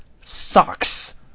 socks